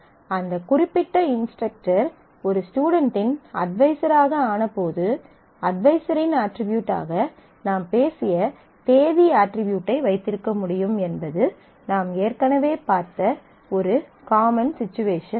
அந்த குறிப்பிட்ட இன்ஸ்ட்ரக்டர் ஒரு ஸ்டுடென்ட்டின் அட்வைசராக ஆனபோது அட்வைசரின் அட்ரிபியூட்டாக நாம் பேசிய தேதி அட்ரிபியூட்டை வைத்திருக்க முடியும் என்பது நாம் ஏற்கனவே பார்த்த ஒரு காமன் சிச்சுவேஷன் ஆகும்